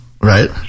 Right